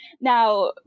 Now